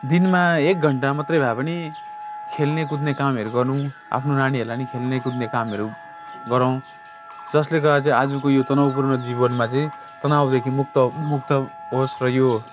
दिनमा एक घन्टा मात्रै भए पनि खेल्ने कुद्ने कामहरू गर्नु आफ्नो नानीहरूलाई नि खेल्ने कुद्ने कामहरू गराऔँ जसले गर्दा चाहिँ आजको यो तनावपूर्ण जीवनमा चाहिँ तनावदेखि मुक्त मुक्त होस् र यो